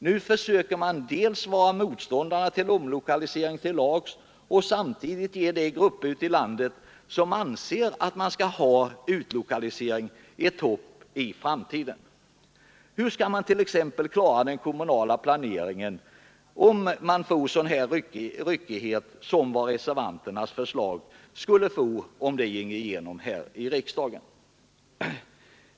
Nu försöker man dels vara motståndarna till omlokaliseringen till lags och samtidigt ge de grupper ute i landet som anser att det skall ske omlokalisering ett hopp för framtiden. Hur skall man t.ex. klara den kommunala planeringen, om man får en sådan ryckighet som skulle bli följden om reservanternas förslag gick igenom i riksdagen?